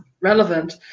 relevant